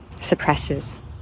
suppresses